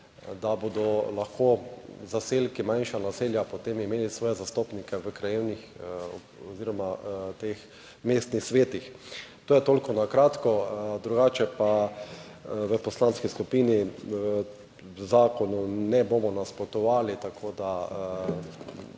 da bodo lahko zaselki, manjša naselja potem imeli svoje zastopnike v krajevnih oziroma teh mestnih svetih. To je toliko na kratko. Drugače pa v poslanski skupini zakonu ne bomo nasprotovali. Tako da